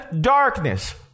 darkness